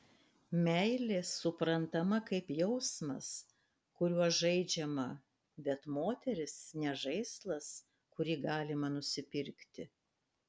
meilė suprantama kaip jausmas kuriuo žaidžiama bet moteris ne žaislas kurį galima nusipirkti